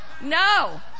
no